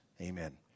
Amen